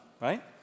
right